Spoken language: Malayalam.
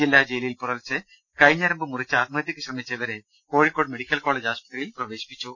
ജില്ലാ ജയിലിൽ പുലർച്ചെ കൈ ഞരമ്പ് മുറിച്ച് ആത്മഹത്യക്ക് ശ്രമിച്ച ഇവരെ കോഴിക്കോട് മെഡിക്കൽ കോളേജ് ആശുപത്രിയിൽ പ്രവേ ശിപ്പിച്ചു